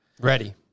Ready